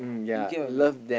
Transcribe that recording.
you get what I mean